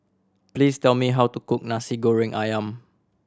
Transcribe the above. please tell me how to cook Nasi Goreng Ayam